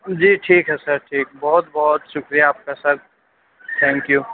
جی ٹھیک ہے سر ٹھیک بہت بہت شُکریہ آپ کا سر تھینک یو